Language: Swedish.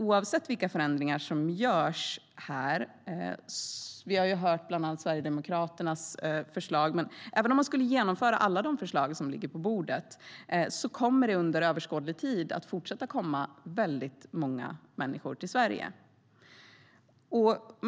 Även om man skulle genomföra alla förslag som ligger på bordet kommer det under överskådlig tid att komma väldigt många människor till Sverige.